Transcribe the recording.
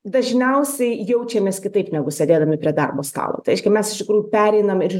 dažniausiai jaučiamės kitaip negu sėdėdami prie darbo stalo tai reiškia mes iš tikrųjų pereinam ir